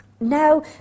Now